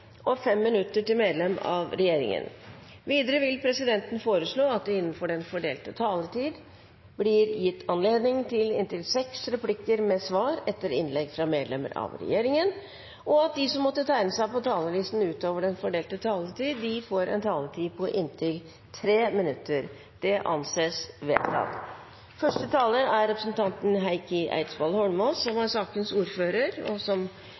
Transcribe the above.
og 5 minutter til medlem av regjeringen. Videre vil presidenten foreslå at det gis anledning til inntil seks replikker med svar etter innlegg fra medlemmer av regjeringen innenfor den fordelte taletid, og at de som måtte tegne seg på talerlisten utover den fordelte taletid, får en taletid på inntil 3 minutter. – Det anses vedtatt.